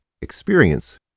experience